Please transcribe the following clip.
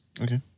Okay